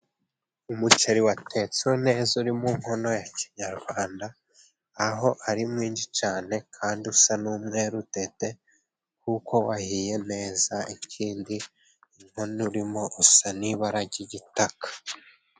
Umuceri utetse neza uri mu nkono ya kinyarwanda, aho ari mwinshi cyane kandi usa n'umweru, kuko wahiye neza, ikindi inkono urimo isa n'ibara ry'igitaka.